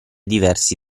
diversi